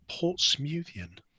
Portsmouthian